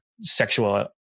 sexual